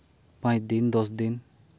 ᱯᱟᱸᱪ ᱫᱤᱱ ᱫᱚᱥ ᱫᱤᱱ